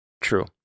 true